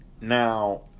Now